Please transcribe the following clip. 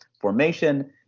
formation